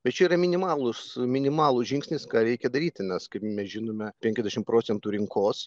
bet čia yra minimalus minimalus žingsnis ką reikia daryti nes kaip mes žinome penkiasdešim procentų rinkos